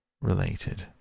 related